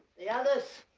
the others.